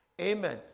Amen